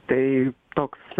tai toks